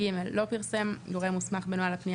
(ג) לא פרסם גורם מוסמך בנוהל הפנייה,